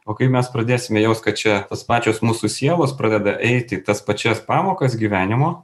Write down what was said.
o kai mes pradėsime jaust kad čia tos pačios mūsų sielos pradeda eiti į tas pačias pamokas gyvenimo